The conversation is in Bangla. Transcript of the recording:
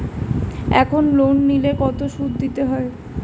এখন লোন নিলে কত সুদ দিতে হয়?